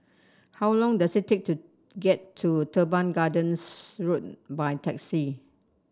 how long does it take to get to Teban Gardens Road by taxi